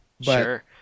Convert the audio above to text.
Sure